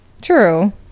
True